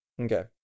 Okay